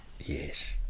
yes